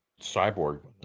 cyborg